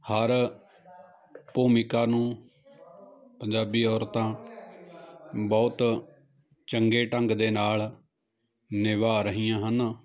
ਹਰ ਭੂਮਿਕਾ ਨੂੰ ਪੰਜਾਬੀ ਔਰਤਾਂ ਬਹੁਤ ਚੰਗੇ ਢੰਗ ਦੇ ਨਾਲ ਨਿਭਾ ਰਹੀਆਂ ਹਨ